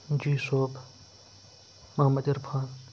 جی صوب محمد عرفان